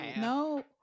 No